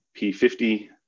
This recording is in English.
P50